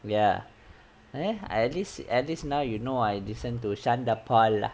ya and then at least at least now you know I listen to sean the paul